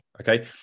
Okay